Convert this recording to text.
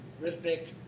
rhythmic